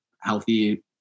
healthy